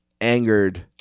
angered